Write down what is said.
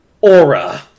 Aura